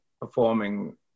performing